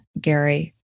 Gary